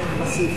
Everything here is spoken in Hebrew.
נתקבל.